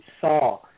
saw